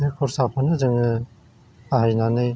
बे खरसाखौनो जोङो बाहायनानै